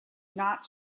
not